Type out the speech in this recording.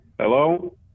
Hello